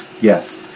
Yes